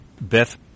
Beth